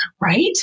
Right